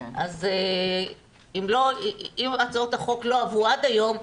אז אם הצעות החוק לא עברו עד היום,